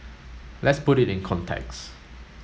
let's put it in context